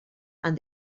and